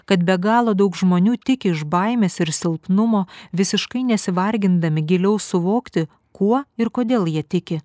kad be galo daug žmonių tik iš baimės ir silpnumo visiškai nesivargindami giliau suvokti kuo ir kodėl jie tiki